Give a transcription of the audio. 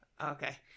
Okay